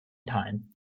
time